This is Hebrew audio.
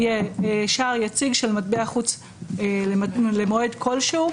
יהיה "שער יציג של מטבע חוץ למועד כלשהו